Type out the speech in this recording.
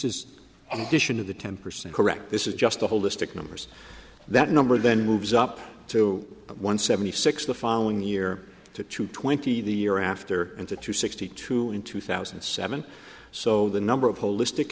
of the ten percent correct this is just a holistic numbers that number then moves up to one seventy six the following year to two twenty the year after and that to sixty two in two thousand and seven so the number of holistic